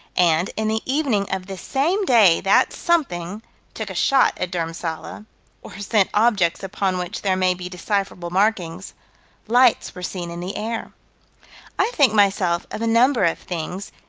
and, in the evening of this same day that something took a shot at dhurmsalla or sent objects upon which there may be decipherable markings lights were seen in the air i think, myself, of a number of things,